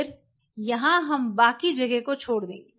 फिर यहाँ हम बाकी जगह को छोड़ देंगे